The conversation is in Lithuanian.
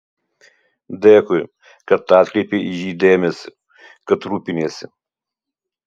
dėkui kad atkreipei į jį dėmesį kad rūpiniesi